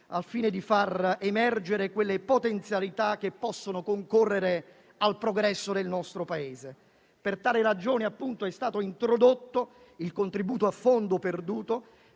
al fine di far emergere le potenzialità che possono concorrere al progresso del nostro Paese. Per tale ragione è stato introdotto il contributo a fondo perduto